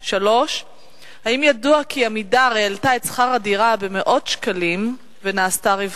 3. האם ידוע כי "עמידר" העלתה את שכר הדירה במאות שקלים ונעשתה רווחית?